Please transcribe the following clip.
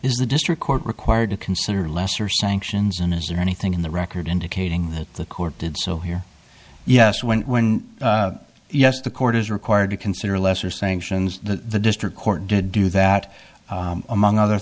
is the district court required to consider lesser sanctions and is there anything in the record indicating that the court did so here yes when when yes the court is required to consider lesser sanctions the district court did do that among other